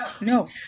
No